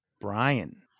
Brian